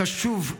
קשוב,